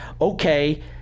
okay